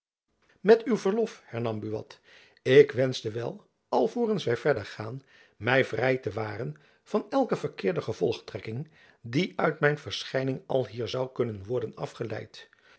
met uw verlof hernam buat ik wenschte wel alvorens wy verder gaan my vrij te waren van elke verkeerde gevolgtrekking die uit mijn verschijning alhier zoû kunnen worden afgeleid